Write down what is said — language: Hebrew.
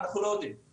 אנחנו לא יודעים.